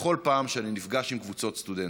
בכל פעם שאני נפגש עם קבוצות סטודנטים.